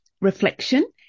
reflection